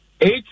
eight